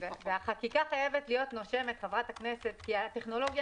החקיקה חייבת להיות נושמת כי הטכנולוגיה